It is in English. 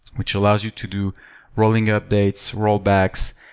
which allows you to do rolling updates, rollbacks,